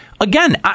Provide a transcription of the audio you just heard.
again